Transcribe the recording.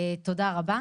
תודה רבה.